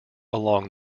along